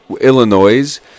Illinois